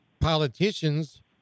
politicians